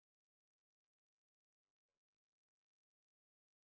people they want to help people by giving money giving money